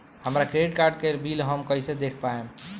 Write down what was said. हमरा credit card के bill हम कइसे देख पाएम?